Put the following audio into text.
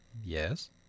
Yes